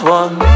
one